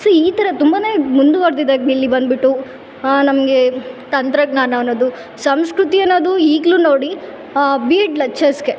so ಈ ಥರ ತುಂಬಾ ಮುಂದುವರೆದಿದೆ ಇಲ್ಲಿ ಬಂದ್ಬಿಟ್ಟು ನಮಗೆ ತಂತ್ರಜ್ಞಾನ ಅನ್ನೋದು ಸಂಸ್ಕೃತಿ ಅನ್ನೋದು ಈಗಲೂ ನೋಡಿ